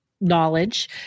knowledge